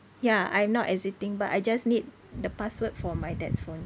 ya I'm not exiting but I just need the password for my dad's phone